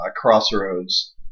crossroads